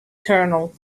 colonel